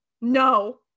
no